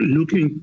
Looking